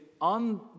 on